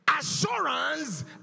Assurance